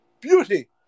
beauty